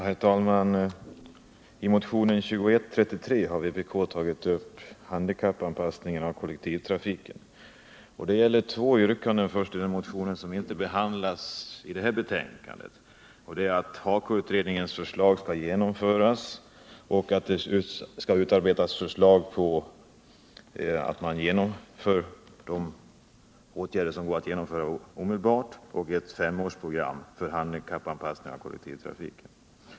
Herr talman! I motionen 2133 har vpk tagit upp frågan om handikappanpassningen av kollektivtrafiken. Motionen innehåller först två yrkanden som inte behandlas i detta betänkande, nämligen att förslag på grundval av HAKO-utredningen snarast skall föreläggas riksdagen och att detta förslag skall innehålla dels förslag om åtgärder som omedelbart kan företas, dels ett femårsprogram för handikappanpassning av kollektivtrafiken.